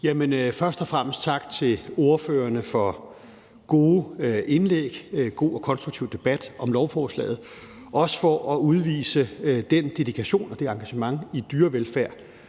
Først og fremmest tak til ordførerne for gode indlæg, god og konstruktiv debat om lovforslaget, også for at udvise den dedikation og det engagement i dyrevelfærd,